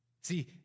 See